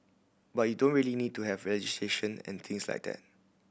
but you don't really need to have legislation and things like that